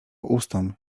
ustom